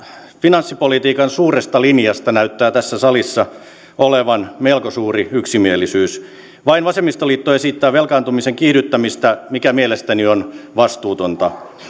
finanssipolitiikan suuresta linjasta näyttää tässä salissa olevan melko suuri yksimielisyys vain vasemmistoliitto esittää velkaantumisen kiihdyttämistä mikä mielestäni on vastuutonta